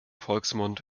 volksmund